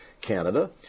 Canada